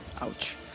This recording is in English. ouch